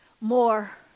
more